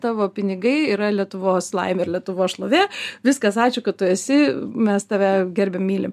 tavo pinigai yra lietuvos laimė ir lietuvos šlovė viskas ačiū kad tu esi mes tave gerbiam myli